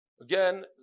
Again